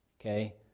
okay